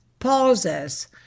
pauses